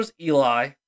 Eli